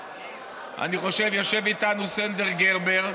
יושב איתנו סנדר גרבר,